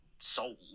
Sold